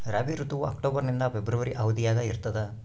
ರಾಬಿ ಋತುವು ಅಕ್ಟೋಬರ್ ನಿಂದ ಫೆಬ್ರವರಿ ಅವಧಿಯಾಗ ಇರ್ತದ